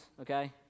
okay